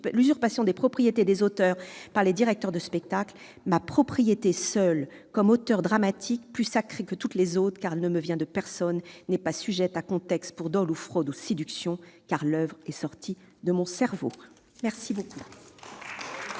des propriétés des auteurs par les directeurs de spectacles :« Ma propriété seule, comme auteur dramatique, plus sacrée que toutes les autres, car elle ne me vient de personne, n'est pas sujette à conteste, pour dol, fraude ou séduction ; l'oeuvre est sortie de mon cerveau ». Il valait